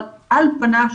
אבל פניו,